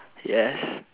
yes